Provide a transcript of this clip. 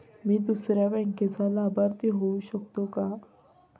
मी दुसऱ्या बँकेचा लाभार्थी होऊ शकतो का?